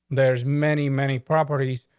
there's many, many properties,